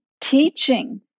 teaching